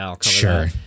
sure